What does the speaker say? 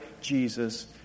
Jesus